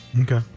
Okay